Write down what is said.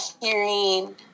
hearing